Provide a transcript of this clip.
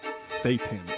Satan